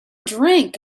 drink